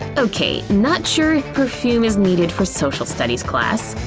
okay, not sure if perfume is needed for social studies class,